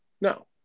No